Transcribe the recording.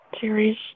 series